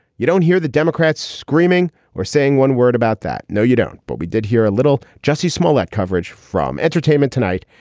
you don't hear the democrats screaming or saying one word about that. no, you don't. but we did hear a little jesse smollet coverage from entertainment tonight.